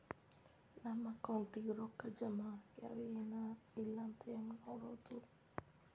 ನಮ್ಮ ಅಕೌಂಟಿಗೆ ರೊಕ್ಕ ಜಮಾ ಆಗ್ಯಾವ ಏನ್ ಇಲ್ಲ ಅಂತ ಹೆಂಗ್ ನೋಡೋದು?